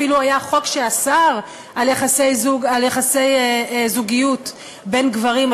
אפילו היה חוק שאסר יחסי זוגיות בין גברים,